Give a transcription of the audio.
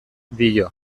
dio